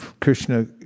Krishna